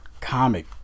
comic